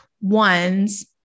ones